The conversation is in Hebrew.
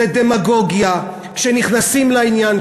זה דמגוגיה כשנכנסים לעניין,